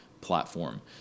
platform